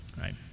right